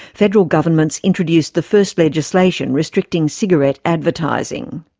federal governments introduced the first legislation restricting cigarette advertising.